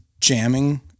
jamming